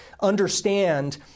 understand